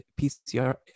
PCR